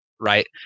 Right